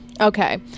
Okay